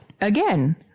again